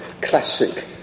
classic